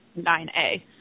9a